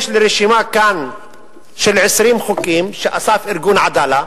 יש לי כאן רשימה של 20 חוקים שאסף ארגון "עדאלה"